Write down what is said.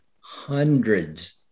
hundreds